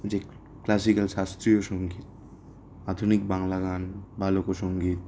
যে ক্লাসিকাল শাস্ত্রীয় সংগীত আধুনিক বাংলা গান বা লোকসংগীত